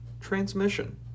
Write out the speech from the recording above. Transmission